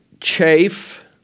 chafe